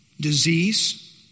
disease